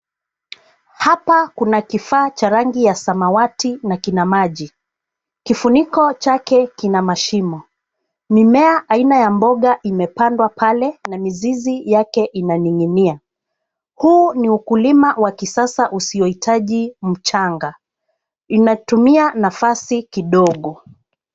Hapa kuna kifaa cha rangi ya samawati na kina maji. Kifuniko chake kina mashimo. Mimea aina ya mboga imepandwa pale na mizizi yake inaning'inia. Huu ni ukulima wa kisasa usioitaji mchanga. Inatumia nafasi kidogo.